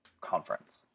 conference